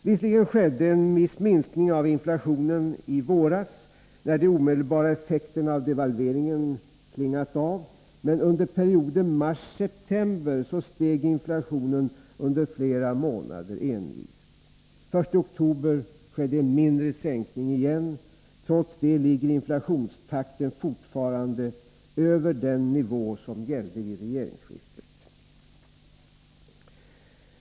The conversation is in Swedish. Visserligen skedde en viss minskning av inflationen i våras, när de omedelbara effekterna av devalveringen klingat av, men under perioden marsseptember steg inflationen under flera månader envist. Först i oktober skedde en mindre sänkning igen. Trots det ligger inflationstakten fortfarande över den nivå som gällde vid regeringsskiftet.